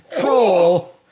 troll